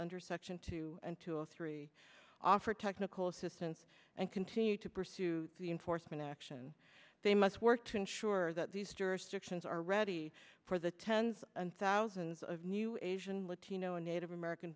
under section two and two of three offer technical assistance and continue to pursue the enforcement action they must work to ensure that these jurisdictions are ready for the tens of thousands of new asian latino native american